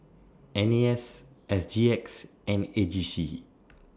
N A S S G X and A G C